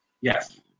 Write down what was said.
Yes